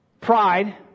Pride